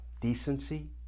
decency